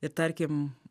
ir tarkim